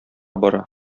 бара